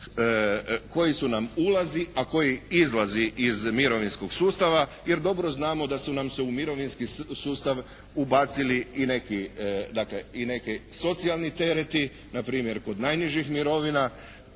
koji su nam ulazi, a koji izlazi iz mirovinskog sustava jer dobro znamo da su nam se u mirovinski sustav ubacili i neki, dakle i neki socijalni tereti. Na primjer kod najnižih mirovina